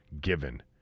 given